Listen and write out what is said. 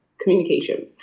communication